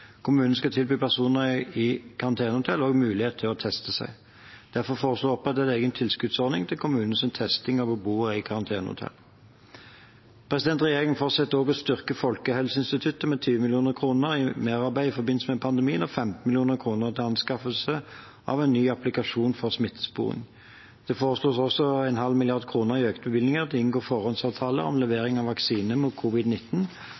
Kommunene skal tilby også personer i karantenehotell mulighet til å teste seg. Derfor foreslås det å opprette en egen tilskuddsordning til kommunenes testing av beboere i karantenehotell. Regjeringen fortsetter å styrke Folkehelseinstituttet, med 20 mill. kr til merarbeid i forbindelse med pandemien og 15 mill. kr til anskaffelse av en ny applikasjon for smittesporing. Det foreslås også 0,5 mrd. kr i økte bevilgninger til å inngå forhåndsavtale om